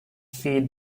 feed